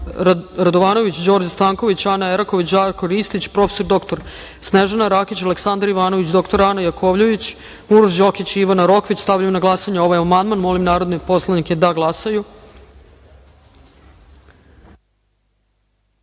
Radovanović, Đorđe Stanković, Ana Eraković, Žarko Ristić, prof. dr Snežana Rakić, Aleksandar Ivanović, dr Ana Jakovljević, Uroš Đokić i Ivana Rokvić. Stavljam na glasanje ovaj amandman. Molim narodne poslanike da